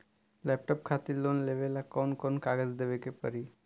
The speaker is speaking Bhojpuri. लैपटाप खातिर लोन लेवे ला कौन कौन कागज देवे के पड़ी?